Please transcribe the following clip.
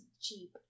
cheap